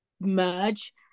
merge